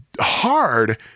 hard